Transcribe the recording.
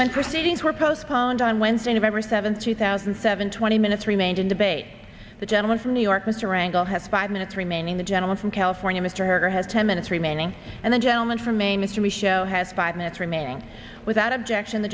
when proceedings were postponed on wednesday november seventh two thousand and seven twenty minutes remain to debate the gentleman from new york with a wrangle has five minutes remaining the gentleman from california mr had ten minutes remaining and the gentleman from a mystery show has five minutes remaining without objection the